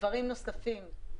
דבר נוסף,